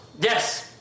Yes